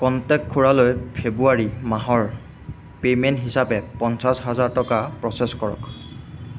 contact খুড়ালৈ February মাহৰ payment হিচাপে পঞ্চাছ হাজাৰ টকা প্ৰ'চেছ কৰক